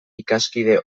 ikaskide